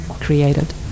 created